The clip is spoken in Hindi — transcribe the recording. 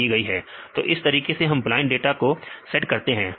तो इस तरीके से हम ब्लाइंड डाटा को सेट करते हैं